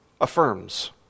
affirms